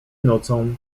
nocą